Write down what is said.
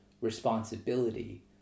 responsibility